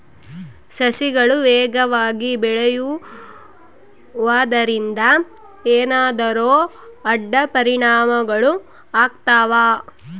ಸಸಿಗಳು ವೇಗವಾಗಿ ಬೆಳೆಯುವದರಿಂದ ಏನಾದರೂ ಅಡ್ಡ ಪರಿಣಾಮಗಳು ಆಗ್ತವಾ?